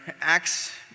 Acts